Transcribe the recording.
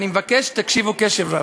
ואני מבקש שתקשיבו קשב רב.